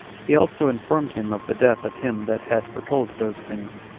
he also informed him of the death of him that had foretold those things,